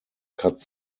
cuts